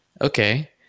Okay